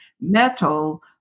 metal